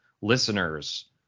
listeners